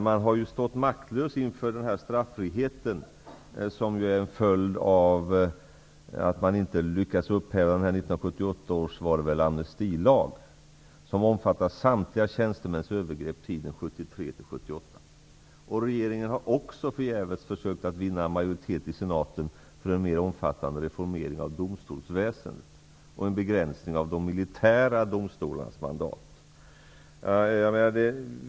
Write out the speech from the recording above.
Man har ju stått maktlös inför den straffrihet som ju är en följd av att man inte lyckades upphäva Regeringen har också förgäves försökt att vinna majoritet i senaten för en mer omfattande reformering av domstolsväsendet och en begränsning av de militära domstolarnas mandat.